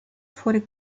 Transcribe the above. fuori